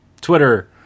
Twitter